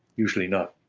usually not.